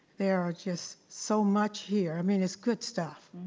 there are just so much here, i mean it's good stuff,